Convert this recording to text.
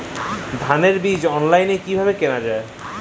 ধানের বীজ অনলাইনে কিভাবে কেনা যায়?